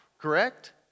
Correct